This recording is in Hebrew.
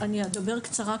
אני אדבר קצרה,